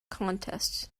contest